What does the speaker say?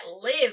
live